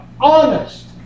honest